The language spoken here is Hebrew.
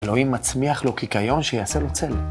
אלוהים מצמיח לו קיקיון שיעשה לו צל.